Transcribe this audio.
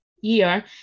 year